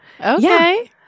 Okay